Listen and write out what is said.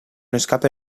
escape